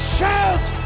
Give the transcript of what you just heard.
Shout